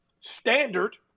standard